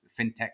FinTech